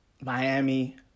Miami